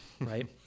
right